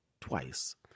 twice